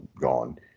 gone